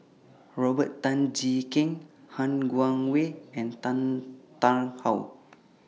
Robert Tan Jee Keng Han Guangwei and Tan Tarn How